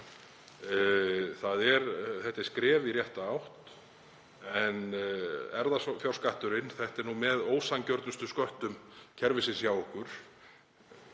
Þetta er skref í rétta átt en erfðafjárskatturinn er með ósanngjörnustu sköttum kerfisins hjá okkur.